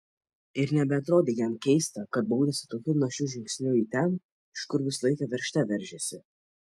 ir nebeatrodė jam keista kad baudėsi tokiu našiu žingsniu į ten iš kur visą laiką veržte veržėsi